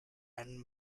and